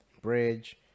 bridge